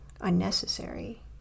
unnecessary